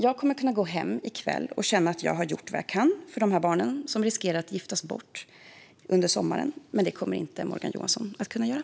Jag kommer att kunna gå hem i kväll och känna att jag har gjort vad jag kan för alla barn som riskerar att giftas bort under sommaren. Det kommer inte Morgan Johansson att kunna göra.